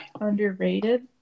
underrated